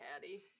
Caddy